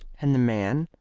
and the man?